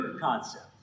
concept